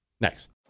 Next